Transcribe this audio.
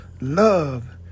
love